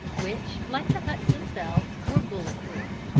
which, like the huts themselves, were bullet-proof.